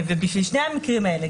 בשביל שני המקרים האלה,